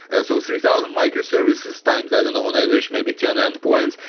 and so three thousand microservices times i don't know, on average maybe ten endpoints.